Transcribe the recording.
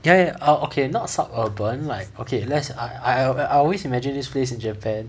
ya ya err okay not suburban like okay let's I I always imagined this place in japan